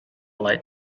light